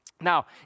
Now